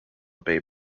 bay